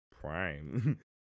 prime